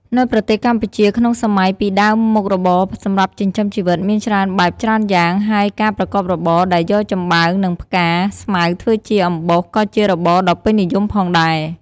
នៅប្រទេសកម្ពុជាក្នុងសម័យពីដើមមុខរបរសម្រាប់ចិញ្ចឺមជីវិតមានច្រើនបែបច្រើនយ៉ាងហើយការប្រកបរបរដែលយកចំបើងនិងផ្កាស្មៅធ្វើជាអំបោសក៏ជារបរដ៏ពេញនិយមផងដែរ។